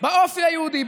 באופי היהודי,